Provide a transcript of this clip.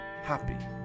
happy